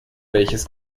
welches